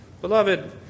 Beloved